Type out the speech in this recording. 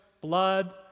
blood